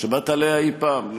שמעת עליה אי-פעם?